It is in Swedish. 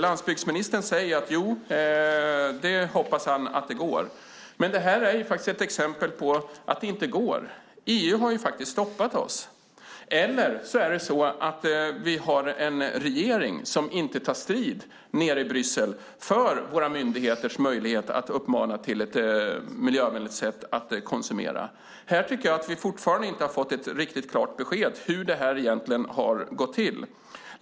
Landsbygdsministern säger att han hoppas att det går, men detta är ju ett exempel på att det inte går. EU har faktiskt stoppat oss, eller vi har kanske en regering som inte tar strid nere i Bryssel för våra myndigheters möjligheter att uppmana till miljövänligt sätt att konsumera? Här tycker jag att vi fortfarande inte har fått ett riktigt klart besked om hur detta egentligen har gått till.